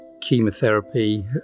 chemotherapy